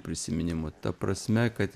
prisiminimų ta prasme kad